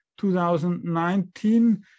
2019